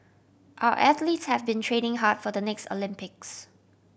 our athletes have been training hard for the next Olympics